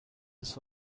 his